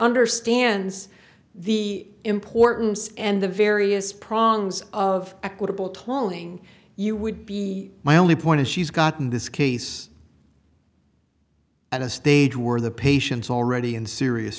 understands the importance and the various problems of equitable tolling you would be my only point is she's gotten this case at a stage where the patient's already in serious